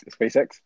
SpaceX